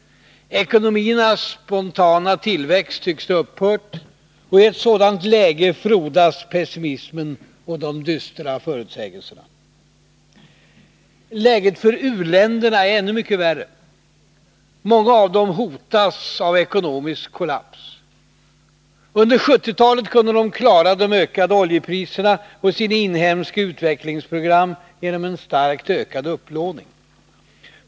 Ekonomiernas spontana tillväxt tycks ha upphört, och i ett sådant läge frodas pessimismen och de dystra förutsägelserna. Läget för u-länderna är ännu mycket värre. Många av dem hotas av ekonomisk kollaps. Under 1970-talet kunde de klara de ökande oljepriserna och sina inhemska utvecklingsprogram genom en starkt ökad upplåning.